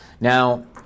Now